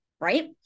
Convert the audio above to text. right